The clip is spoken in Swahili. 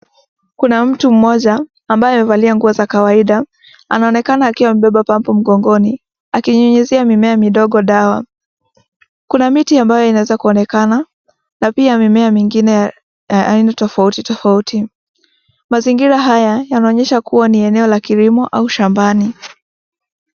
Kuna mtu mmoja ambaye huvalia nguo za kawaida anaonekana akiwa amebeba pampu mgongoni akinyunyizia mimea midogo dawa. Kuna miti ambayo inaweza kuonekana na pia mimea mingine ya aina tofautitofauti. Mazingira haya yanaonyesha kuwa ni eneo la kilimo au shambani.